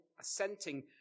assenting